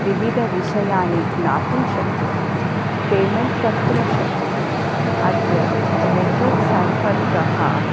विविधविषयानि ज्ञातुं शक्यते पेमेण्ट् कर्तुं शक्यते अद्य नेट्वर्क् सम्पर्कः